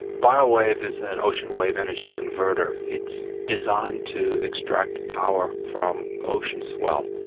biowave is an ocean wave energy converter. it's designed to extract power from ocean swell.